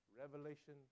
Revelation